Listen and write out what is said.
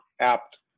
apt